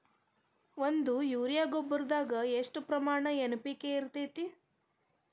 ಒಂದು ಯೂರಿಯಾ ಗೊಬ್ಬರದಾಗ್ ಎಷ್ಟ ಪ್ರಮಾಣ ಎನ್.ಪಿ.ಕೆ ಇರತೇತಿ?